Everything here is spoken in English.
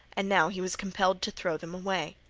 and now he was compelled to throw them away.